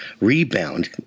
rebound